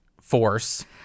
force